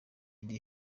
iri